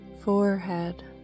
forehead